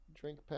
Drink